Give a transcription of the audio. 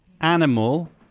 animal